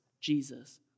Jesus